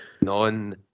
non